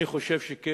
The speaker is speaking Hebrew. אני חושב שיש